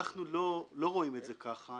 אנחנו לא רואים את זה ככה.